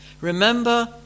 Remember